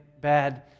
Bad